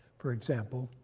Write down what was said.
for example,